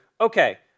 okay